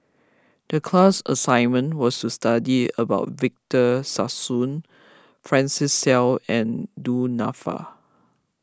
the class assignment was to study about Victor Sassoon Francis Seow and Du Nanfa